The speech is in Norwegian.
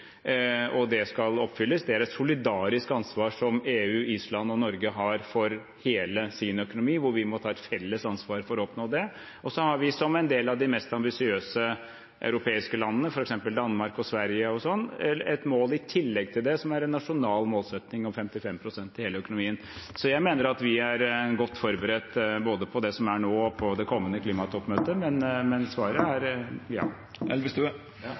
og som skal oppfylles. Det er et solidarisk ansvar som EU, Island og Norge har for hele sin økonomi, og vi må ta et felles ansvar for å oppnå det. Så har vi som en del av de mest ambisiøse europeiske landene, f.eks. Danmark og Sverige, et mål i tillegg til det – en nasjonal målsetting om 55 pst. i hele økonomien. Så jeg mener at vi er godt forberedt både på det som er nå, og på det kommende klimatoppmøtet. Men svaret er ja.